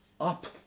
up